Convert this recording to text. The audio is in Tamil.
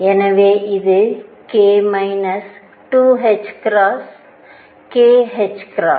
எனவே இது k 2ℏ kℏ